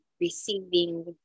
receiving